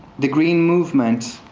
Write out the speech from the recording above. the green movement,